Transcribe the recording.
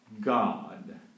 God